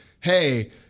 hey